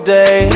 day